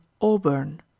auburn